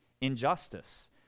injustice